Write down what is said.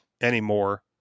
anymore